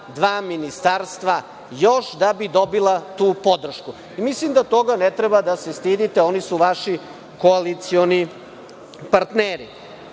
dva ministarstva, da bi dobila tu podršku. Mislim da toga ne treba da se stidite, oni su vaši koalicioni partneri. Ono